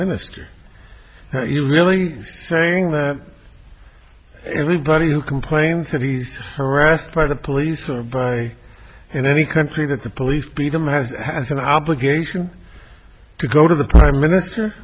minister you are really saying that everybody who complains that he's harassed by the police or by in any country that the police beat him has has an obligation to go to the prime minister